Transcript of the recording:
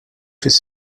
fis